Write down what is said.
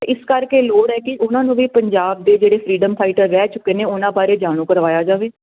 ਇਸ ਕਰਕੇ ਲੋੜ ਹੈ ਕਿ ਉਹਨਾਂ ਨੂੰ ਵੀ ਪੰਜਾਬ ਦੇ ਜਿਹੜੇ ਫਰੀਡਮ ਫਾਈਟਰ ਰਹਿ ਚੁੱਕੇ ਨੇ ਉਹਨਾਂ ਬਾਰੇ ਜਾਣੂ ਕਰਵਾਇਆ ਜਾਵੇ